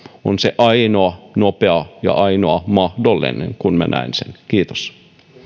on se ainoa nopea ja ainoa mahdollinen niin minä näen sen kiitos